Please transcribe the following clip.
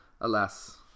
alas